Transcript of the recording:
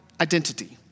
identity